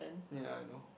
ya I know